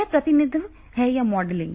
यह प्रतिनिधित्व है या मॉडलिंग